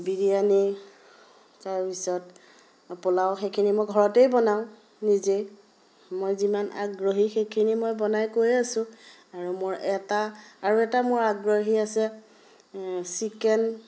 বিৰিয়ানি তাৰপিছত পোলাও সেইখিনি মই ঘৰতে বনাওঁ নিজে মই যিমান আগ্ৰহী সেইখিনি মই বনাই গৈ আছোঁ আৰু মোৰ এটা আৰু এটা মোৰ আগ্ৰহী আছে চিকেন